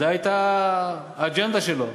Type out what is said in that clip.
זאת הייתה האג'נדה שלו.